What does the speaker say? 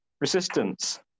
resistance